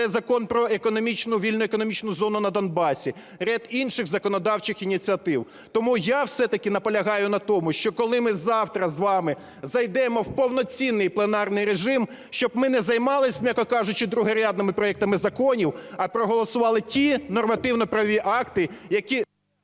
це Закон про економічну, вільну економічну зону на Донбасі, ряд інших законодавчих ініціатив. Тому я все-таки наполягаю на тому, що коли ми завтра з вами зайдемо в повноцінний пленарний режим, щоб ми не займались, м'яко кажучи, другорядними проектами законів, а проголосували ті нормативно-правові акти, які...